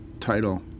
title